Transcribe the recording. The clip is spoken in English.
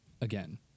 again